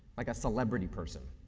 like a celebrity person.